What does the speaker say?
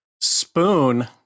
Spoon